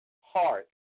heart